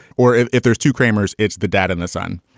or if if there's two kramers, it's the dad and the son.